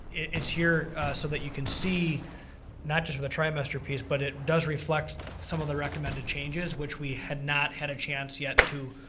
it s here so that you can see not just for the trimester piece, but it does reflect some of the recommended changes which we had not had a chance yet to